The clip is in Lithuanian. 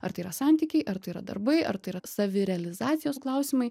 ar tai yra santykiai ar tai yra darbai ar tai yra savirealizacijos klausimai